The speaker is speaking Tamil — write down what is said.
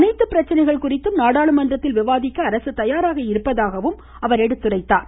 அனைத்து பிரச்சனைகள் குறித்தும் நாடாளுமன்றத்தில் விவாதிக்க அரசு தயாராக இருப்பதாகவும் அவர் தெரிவித்தார்